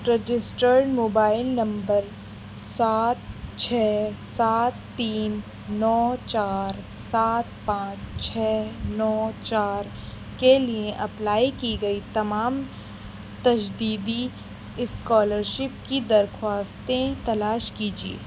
register mobile number سات چھ سات تین نو چار سات پانچ چھ نو چار کے لیے اپلائی کی گئی تمام تجدیدی اسکالرشپ کی درخواستیں تلاش کیجیے